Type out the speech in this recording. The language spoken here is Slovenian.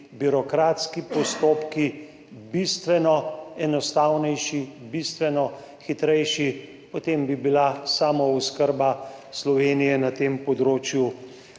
birokratski postopki bistveno enostavnejši, bistveno hitrejši, potem bi bila samooskrba Slovenije na tem področju